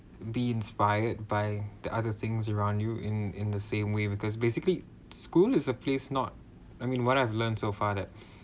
be inspired by the other things around you in in the same way because basically school is a place not I mean what I've learnt so far that